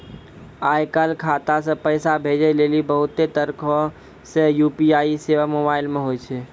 आय काल खाता से पैसा भेजै लेली बहुते तरहो के यू.पी.आई सेबा मोबाइल मे होय छै